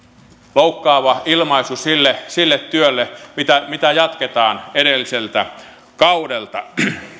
loukkaava ilmaisu sille sille työlle mitä mitä jatketaan edelliseltä kaudelta